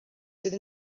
sydd